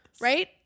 Right